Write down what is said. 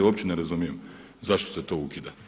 Uopće ne razumijem zašto se to ukida.